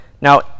Now